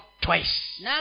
twice